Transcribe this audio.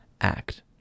act